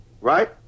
right